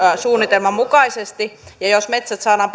suunnitelman mukaisesti ja jos metsät saadaan